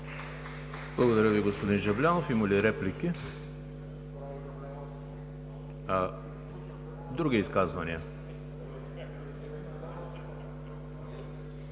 Благодаря Ви, господин Жаблянов. Има ли реплики? Други изказвания?